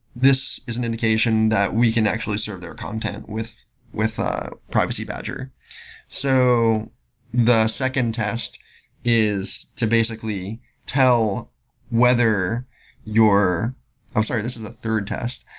this is an indication that we can actually serve their content with with a privacy badger so the second test is to basically tell whether your i'm sorry. this is a third test.